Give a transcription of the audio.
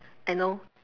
I know